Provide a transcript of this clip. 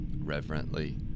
reverently